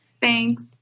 Thanks